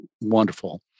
wonderful